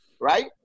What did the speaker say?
right